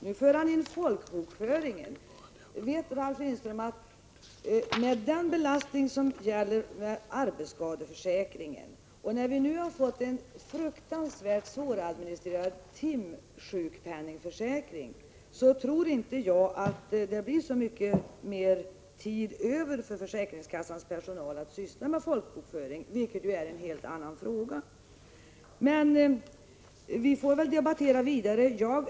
Nu för han ju in frågan om folkbokföringen. Är Ralf Lindström medveten om att belastningen när det gäller arbetsskadeförsäkringen och den fruktansvärt svåradministrerade timsjukpenningförsäkring som har införts förmodligen innebär att försäkringskassans personal inte kommer att ha särskilt mycket tid till förfogande för folkbokföringen. Det är, som sagt, en helt annat fråga. Men vi får väl debattera vidare en annan gång.